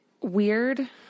weird